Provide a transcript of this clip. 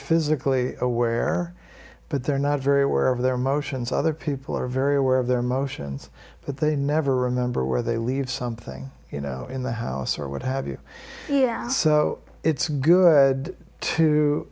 physically aware but they're not very aware of their motions other people are very aware of their motions but they never remember where they leave something you know in the house or what have you so it's good to